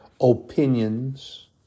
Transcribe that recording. opinions